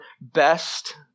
best